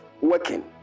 working